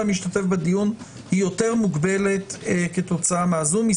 להשתתף בדיון היא יותר מוגבלת כתוצאה מהזום.